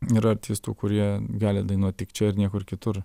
yra artistų kurie gali dainuot tik čia ir niekur kitur